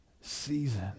season